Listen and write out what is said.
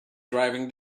driving